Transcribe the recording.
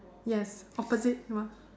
yes opposite